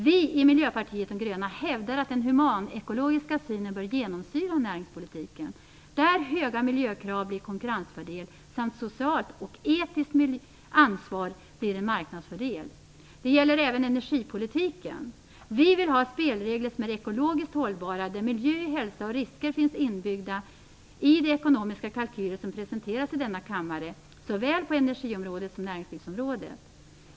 Vi i Miljöpartiet de gröna hävdar att den humanekologiska synen bör genomsyra näringspolitiken, där höga miljökrav blir en konkurrensfördel samt socialt och etiskt ansvar blir en marknadsfördel. Det gäller även energipolitiken. Vi vill ha spelregler som är ekologiskt hållbara, där miljö, hälsa och risker finns inbyggda i de ekonomiska kalkyler som presenteras i denna kammare såväl på energiområdet som på näringslivsområdet.